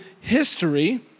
history